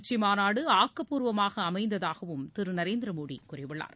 உச்சிமாநாடு பிரிக்ஸ் ஆக்கப்பூர்வமாக அமைந்ததாகவும் திரு நரேந்திர மோடி கூறியுள்ளார்